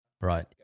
right